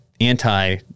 anti